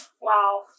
Wow